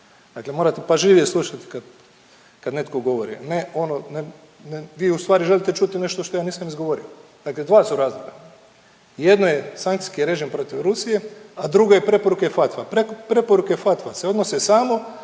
dakle morate pažljivije slušat kad, kad netko govori, ne ono, ne, ne, vi ustvari želite čuti nešto što ja nisam izgovorio. Dakle dva su razloga, jedno je sankcijski režim protiv Rusije, a drugi je preporuke FATF-a. Preporuke FATF-a se odnose samo